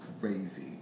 crazy